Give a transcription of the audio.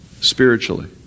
spiritually